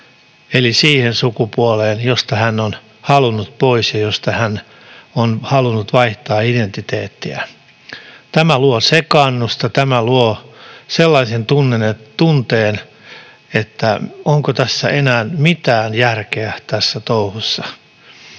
eli siihen sukupuoleen, josta hän on halunnut pois ja josta hän on halunnut vaihtaa identiteettiään. Tämä luo sekaannusta, tämä luo sellaisen tunteen, että onko tässä touhussa enää mitään järkeä. Arvoisa